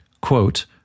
Quote